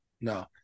No